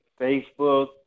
Facebook